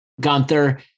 Gunther